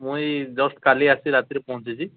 ମୁଁ ଏଇ ଜଷ୍ଟ୍ କାଲି ଆସି ରାତିରେ ପହଞ୍ଚିଛି